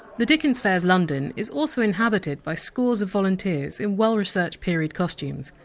the dickens fair! s london is also inhabited by scores of volunteers in well researched period costumes.